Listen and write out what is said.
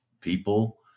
people